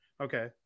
Okay